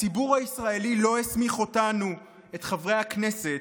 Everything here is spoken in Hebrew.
הציבור הישראלי לא הסמיך אותנו, את חברי הכנסת,